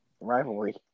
rivalry